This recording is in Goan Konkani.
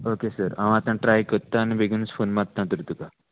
ओके सर हांव आतां ट्राय कोत्ता आनी बेगीन फोन मारता तोरी तुका